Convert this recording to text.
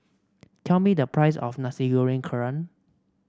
tell me the price of Nasi Goreng Kerang